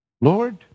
Lord